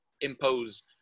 impose